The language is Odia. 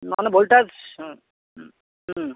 ନହେଲେ ଭୋଲ୍ଟାସ୍ ହଁ